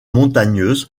montagneuse